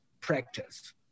practice